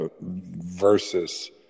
versus